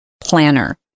planner